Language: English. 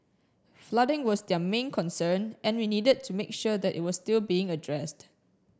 flooding was their main concern and we needed to make sure that it was still being addressed